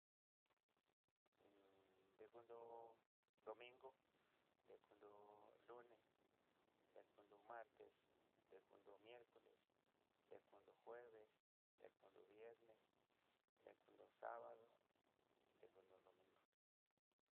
Hu dekunro domigo dekunro lunes, dekunro martes, dekunro miescoles, dekunro jueves, dekunró viernes, dekunró sabado, dekunró domingo.